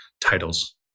titles